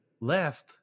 left